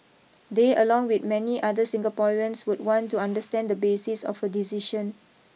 they along with many other Singaporeans would want to understand the basis of her decision